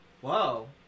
Whoa